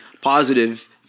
positive